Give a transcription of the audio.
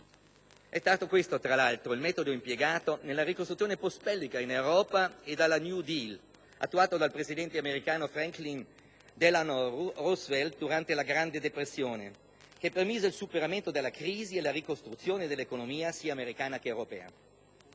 È stato questo, tra l'altro, il metodo impiegato nella ricostruzione postbellica in Europa e dal *New Deal* attuato dal presidente americano Franklin Delano Roosevelt durante la Grande Depressione, che permise il superamento della crisi e la ricostruzione dell'economia sia americana che europea.